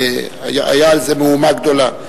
והיתה על זה מהומה גדולה.